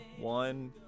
one